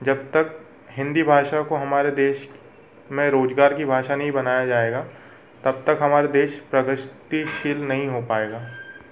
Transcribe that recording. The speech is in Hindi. जब तक हिन्दी भाषा को हमारे देश में रोजगार की भाषा नहीं बनाया जाएगा तब तक हमारा देश प्रगतिशील नहीं हो पाएगा